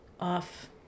off